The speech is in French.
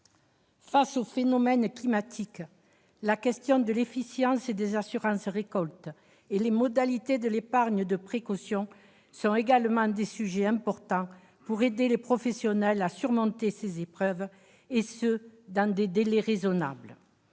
Face aux phénomènes climatiques, la question de l'efficience des assurances récoltes et les modalités de l'épargne de précaution sont également des sujets importants pour aider les professionnels à surmonter ces épreuves, et ce dans des délais raisonnables.